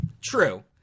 True